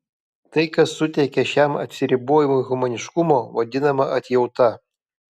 tai kas suteikia šiam atsiribojimui humaniškumo vadinama atjauta